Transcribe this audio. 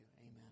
Amen